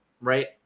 right